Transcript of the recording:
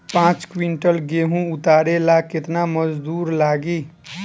पांच किविंटल गेहूं उतारे ला केतना मजदूर लागी?